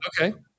okay